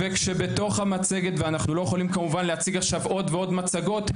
וכשבתוך המצגת ואנחנו לא יכולים כמובן להציג עכשיו עוד ועוד מצגות,